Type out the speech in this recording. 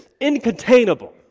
incontainable